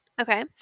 Okay